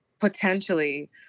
potentially